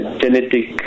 genetic